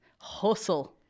Hustle